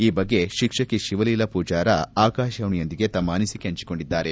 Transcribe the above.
ಈ ಬಗ್ಗೆ ಶಿಕ್ಷಕಿ ಶಿವಲೀಲಾ ಪೂಜಾರ ಆಕಾಶವಾಣೆಯೊಂದಿಗೆ ತಮ್ಮ ಅನಿಸಿಕೆ ಹಂಚಿಕೊಂಡಿದ್ದಾರೆ